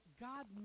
god